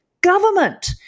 government